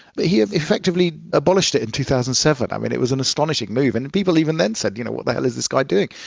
but he ah affectively abolished it in two thousand and seven. um it it was an astonishing move, and and people even then said, you know, what the hell is this guy doing?